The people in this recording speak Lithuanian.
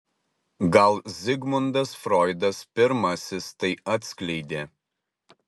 gal zigmundas froidas pirmasis tai atskleidė